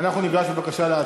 אנחנו ניגש להצבעה.